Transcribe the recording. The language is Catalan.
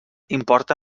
importa